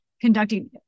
conducting